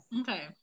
Okay